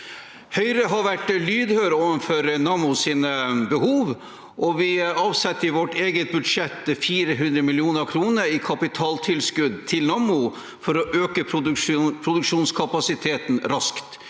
Høyre har vært lydhøre overfor Nammos behov, og vi avsetter i vårt eget budsjett 400 mill. kr i kapitaltilskudd til Nammo for å øke produksjonskapasiteten raskt.